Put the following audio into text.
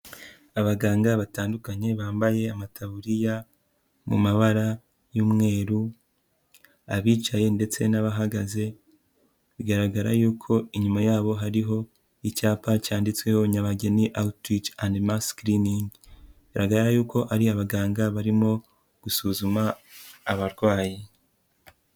Abaganga batandukanye bambaye amataburiya mu mabara y'umweru, abicaye ndetse n'abahagaze bigaragara yuko inyuma yabo hariho icyapa cyanditsweho Nyabageni Outreach and Mass Screening. Bigaragara yuko ari abaganga barimo gusuzuma abarwayi.